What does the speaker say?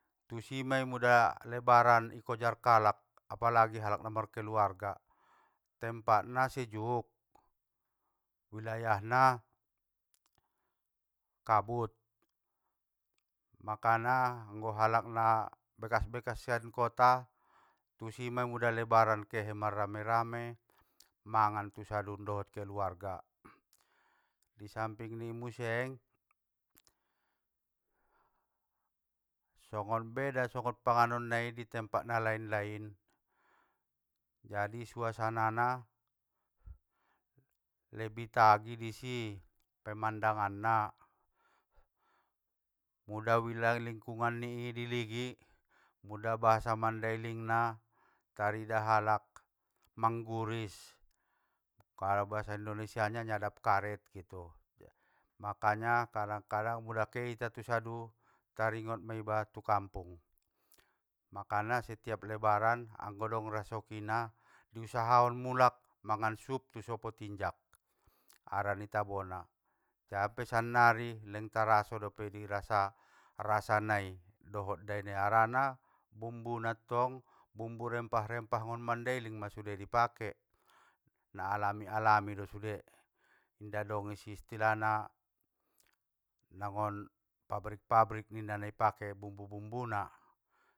Tusi mei muda lebaran i kojar kalak, apalagi kalak na markeluarga, tempatna sejuk, wilayahna kabut, makana anggo halakna bekas bekas sian kota, tusi mei muda lebaran kehe marame rame, mangan tu sadun dot keluarga. Disampingni museng, songon beda songon panganon nai ditempat tempat nalain lain, jadi suasana na lebih tagi disi!, pemandanganna, muda wilangi lingkungan ni i iligi, muda bahasa mandailingna, tarida halak mangguris, kalo bahasa indonesianya nyadap karet gitu, makanya kadang kadang mula keita tu sadun, taringot maiba tu kampung, makana setiap lebaran, anggo dong rasokina, diusahaon mulak mangan sup tu sopotinjak, harani tabona, jape sannari lengtaraso dope dirasa, rasa nai dohot daini harana bumbu natong, bumbu rempah rempah nggon mandailing ma sude i pake, na alami alami do sude, inda dong isi istilahna, na nggon pabrik pabrik ninna naipake bumbu bumbuna.